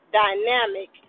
dynamic